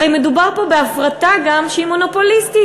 הרי מדובר פה גם בהפרטה שהיא מונופוליסטית.